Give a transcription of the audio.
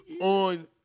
on